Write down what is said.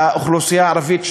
לאוכלוסייה הערבית,